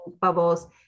bubbles